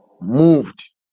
moved